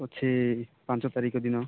ଅଛି ପାଞ୍ଚ ତାରିଖ ଦିନ